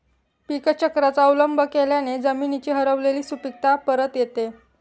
पीकचक्राचा अवलंब केल्याने जमिनीची हरवलेली सुपीकता परत येते